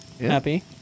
Happy